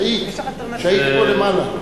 ראית כשהיית פה למעלה.